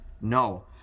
No